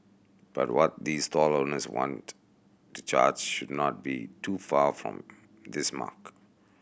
but what these stall owners want to charge should not be too far off this mark